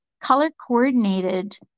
color-coordinated